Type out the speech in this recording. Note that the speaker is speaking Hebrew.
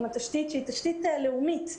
שהיא תשתית לאומית,